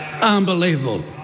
Unbelievable